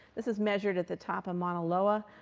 this is measured at the top of mauna loa.